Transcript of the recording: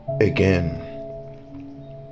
again